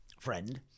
friend